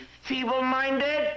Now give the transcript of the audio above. feeble-minded